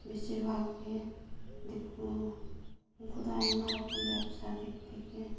ᱵᱮᱥᱤᱨ ᱵᱷᱟᱜᱽ ᱜᱮ ᱫᱤᱠᱩ ᱩᱱᱠᱩ ᱫᱚ ᱟᱭᱢᱟ ᱨᱚᱠᱚᱢ ᱵᱮᱵᱽᱥᱟ ᱫᱤᱠ ᱛᱷᱮᱠᱮ